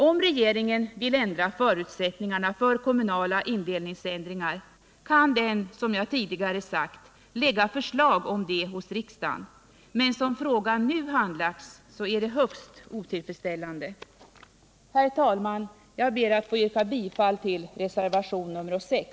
Om regeringen vill ändra förutsättningarna för kommunala indelningsändringar kan den, som jag tidigare sagt, lägga förslag om det hos riksdagen. Men som frågan nu handlagts är det högst otillfredsställande. Herr talman! Jag ber att få yrka bifall till reservationen 6.